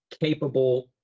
capable